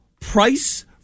Price